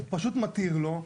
פשוט מתיר לו,